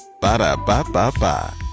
Ba-da-ba-ba-ba